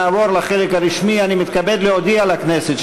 נעבור לחלק הרשמי: אני מתכבד להודיע לכנסת,